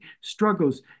struggles